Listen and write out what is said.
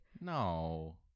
No